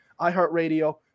iHeartRadio